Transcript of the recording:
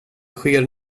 sker